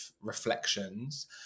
reflections